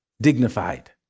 dignified